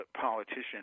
politician